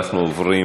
אנחנו עוברים